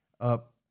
up